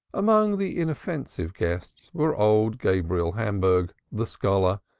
among the inoffensive guests were old gabriel hamburg, the scholar,